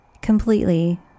completely